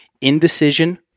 indecision